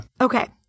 Okay